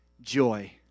joy